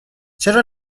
چرا